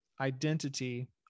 Identity